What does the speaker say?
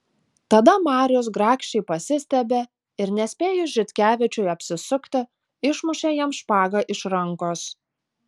tada marius grakščiai pasistiebė ir nespėjus žitkevičiui apsisukti išmušė jam špagą iš rankos